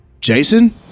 Jason